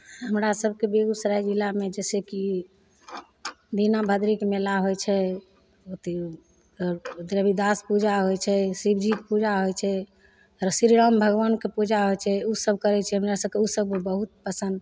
हमरा सभके बेगूसराय जिलामे जइसेकि दीना भद्रीके मेला होइ छै अथी रविदास पूजा होइ छै शिवजीके पूजा होइ छै श्रीराम भगवानके पूजा होइ छै ओसब करै छिए हमरा सभके ओसब बहुत पसन्द